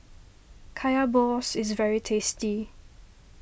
Kaya Balls is very tasty